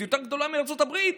יותר גדולה מארצות הברית.